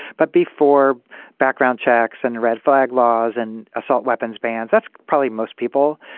but before background checks and red flag laws and assault weapons bans, that's probably most people.